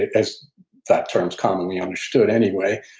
as that term's commonly understood anyway,